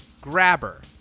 grabber